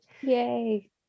Yay